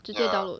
直接 download